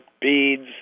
beads